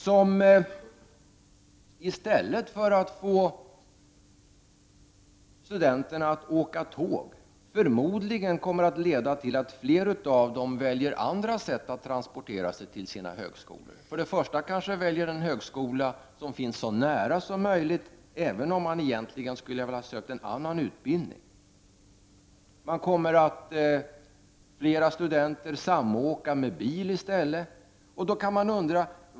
Förslaget kommer förmodligen att leda till att fler studenter, i stället för att åka tåg, väljer andra sätt att transportera sig till sina högskolor. Kanske väljer de en högskola som ligger så nära hemmet som möjligt, även om de egentligen hade velat söka en annan utbildning. Fler studenter kommer att samåka med bil i stället för att ta tåget.